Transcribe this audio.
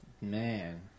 Man